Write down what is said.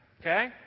Okay